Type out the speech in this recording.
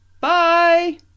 Bye